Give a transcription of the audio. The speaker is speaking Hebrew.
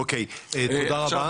אוקיי, תודה רבה.